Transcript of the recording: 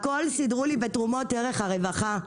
הכול סידרו לי מתרומות דרך הרווחה.